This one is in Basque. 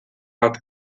bat